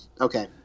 Okay